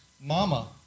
mama